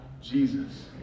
Jesus